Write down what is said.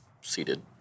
seated